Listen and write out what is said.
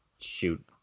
shoot